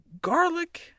garlic